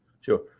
Sure